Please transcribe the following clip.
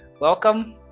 Welcome